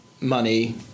money